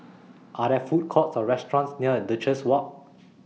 Are There Food Courts Or restaurants near Duchess Walk